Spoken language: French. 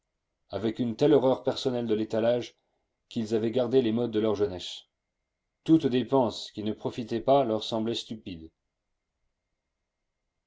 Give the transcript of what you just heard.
avec une telle horreur personnelle de l'étalage qu'ils avaient gardé les modes de leur jeunesse toute dépense qui ne profitait pas leur semblait stupide